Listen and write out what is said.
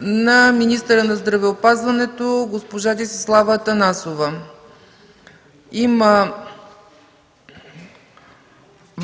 на министъра на здравеопазването госпожа Десислава Атанасова. Има